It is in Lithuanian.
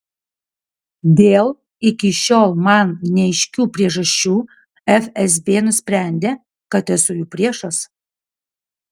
dėl iki šiol man neaiškių priežasčių fsb nusprendė kad esu jų priešas